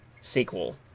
sequel